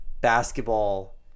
basketball